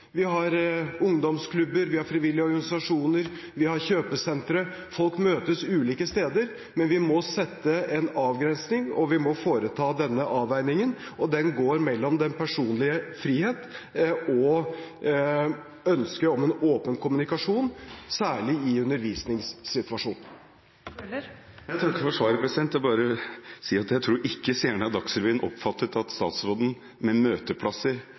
Vi har ungdomsklubber, vi har frivillige organisasjoner, vi har kjøpesentre; folk møtes på ulike steder. Men vi må foreta en avgrensning, og vi må foreta en avveining, og den går mellom den personlige frihet og ønsket om en åpen kommunikasjon, særlig i undervisningssituasjoner. Jeg takker for svaret. Jeg tror ikke seerne av Dagsrevyen oppfattet at statsråden med møteplasser